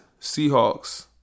Seahawks